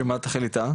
שמה התכלית שלה?